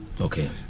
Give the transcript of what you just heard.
Okay